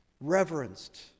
reverenced